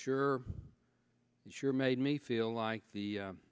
sure sure made me feel like the